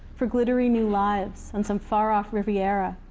for glittery new lives on some far off riviera,